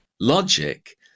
logic